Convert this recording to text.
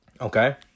Okay